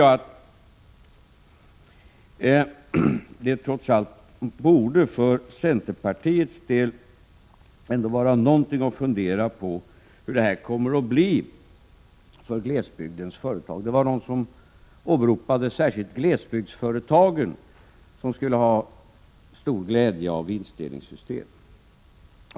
Det borde vidare trots allt för centerpartiets del vara anledning att fundera över hur det kommer att bli för glesbygdens företag. Någon av talarna åberopade att särskilt glesbygdsföretagen skulle ha stor glädje av vinstdelningssystem.